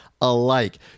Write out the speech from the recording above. alike